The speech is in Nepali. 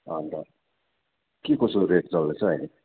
अन्त के कसो रेट चल्दैछ अहिले